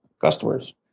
customers